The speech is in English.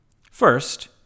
First